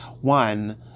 One